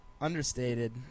Understated